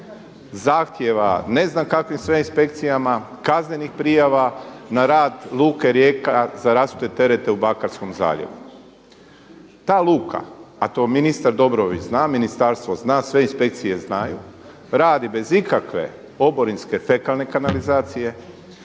zahtjeva ne znam kakvim sve ne inspekcijama, kaznenih prijava na rad luke Rijeka za rasute terete u Bakarskom zaljevu. Ta luka, a to ministar Dobrović zna, ministarstvo zna, sve inspekcije znaju radi bez ikakve oborinske fekalne kanalizacije,